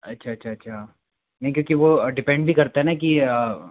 अच्छा अच्छा अच्छा नहीं क्योंकि वो डिपेंड भी करता हैना की